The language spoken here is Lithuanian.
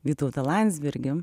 vytautą landsbergį